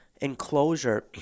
enclosure